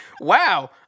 Wow